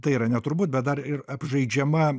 tai yra ne turbūt bet dar ir apžaidžiama